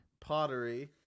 pottery